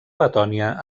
letònia